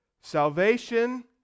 Salvation